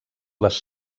les